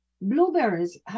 blueberries